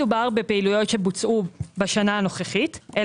56 מיליון ו-915 אלפי ₪.